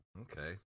Okay